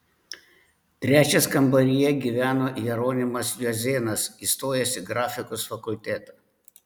trečias kambaryje gyveno jeronimas juozėnas įstojęs į grafikos fakultetą